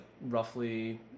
roughly